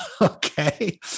Okay